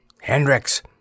Hendricks